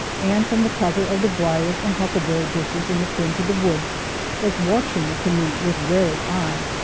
and from the cover of the briers and huckleberry bushes in the fringe of the woods was watching the canoe with wary eye.